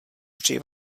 při